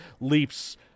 leaps